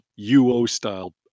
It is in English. UO-style